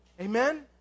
Amen